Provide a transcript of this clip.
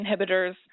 inhibitors